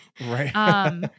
Right